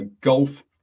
golf